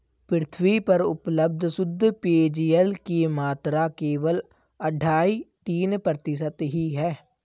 पृथ्वी पर उपलब्ध शुद्ध पेजयल की मात्रा केवल अढ़ाई तीन प्रतिशत ही है